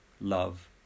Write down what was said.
love